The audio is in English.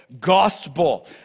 gospel